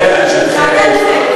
אני עונה על שאלותיכם, תענה על זה.